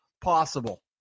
possible